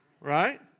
right